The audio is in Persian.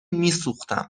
میسوختم